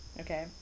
okay